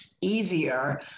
easier